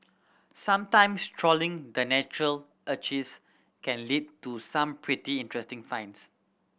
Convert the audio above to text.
sometimes trawling the Natural Archives can lead to some pretty interesting finds